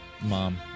mom